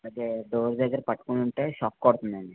అదే డోర్ దగ్గర పట్టుకొని ఉంటే షాక్ కొడుతుందండి